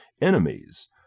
enemies –